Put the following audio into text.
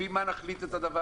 לפי מה נחליט את זה?